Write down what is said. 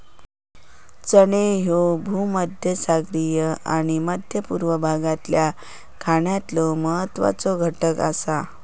चणे ह्ये भूमध्यसागरीय आणि मध्य पूर्व भागातल्या खाण्यातलो महत्वाचो घटक आसा